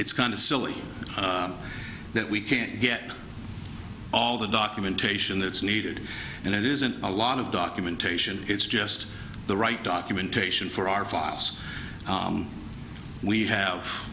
it's kind of silly that we can't get all the documentation that's needed and it isn't a lot of documentation it's just the right documentation for our files we have